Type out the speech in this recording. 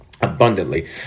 abundantly